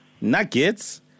nuggets